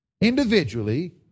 individually